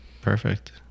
Perfect